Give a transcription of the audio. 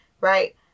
right